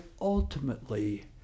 ultimately